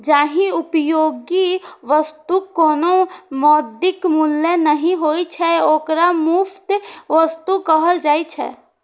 जाहि उपयोगी वस्तुक कोनो मौद्रिक मूल्य नहि होइ छै, ओकरा मुफ्त वस्तु कहल जाइ छै